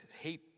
hate